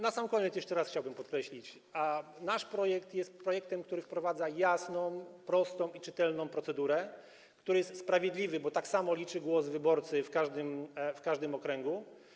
Na sam koniec jeszcze raz chciałbym podkreślić, że nasz projekt jest projektem, który wprowadza jasną, prostą i czytelną procedurę, który jest sprawiedliwy, bo tak samo liczy się głos wyborcy w każdym okręgu.